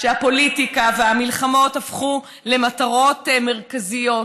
שהפוליטיקה והמלחמות הפכו למטרות מרכזיות,